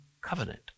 Covenant